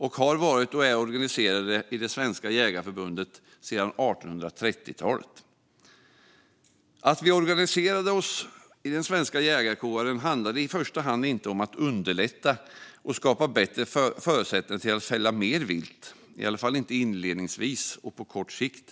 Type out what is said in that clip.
Den har varit och är organiserad i Svenska Jägareförbundet sedan 1830. Att man organiserade den svenska jägarkåren handlade inte i första hand om att underlätta och skapa bättre förutsättningar för att fälla mer vilt, i alla fall inte inledningsvis och på kort sikt.